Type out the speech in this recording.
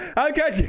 i got